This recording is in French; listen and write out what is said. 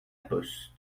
poste